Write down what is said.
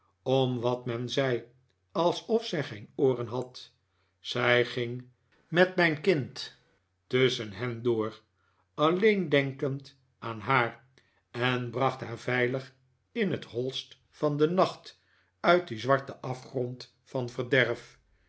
om wat men zei alsof zij geen ooren had zij ging met mijn kind tusschen hen door alleen denkend aan haar en bracht haar veilig in het hoist van den nacht uit dien zwarten afgrond van verderf